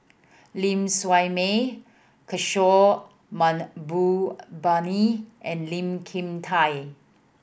Ling Siew May Kishore Mahbubani and Lee Kin Tat